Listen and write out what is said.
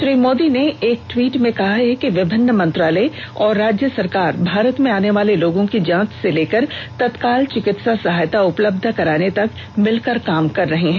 श्री मोदी ने एक ट्वीट में कहा कि विभिन्न मंत्रालय और राज्य सरकार भारत में आने वाले लोगों की जांच से लेकर तत्काल चिकित्सा सहायता उपलब्ध कराने तक मिलकर काम कर रहे हैं